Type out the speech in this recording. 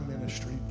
ministry